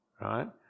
Right